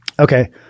Okay